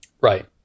Right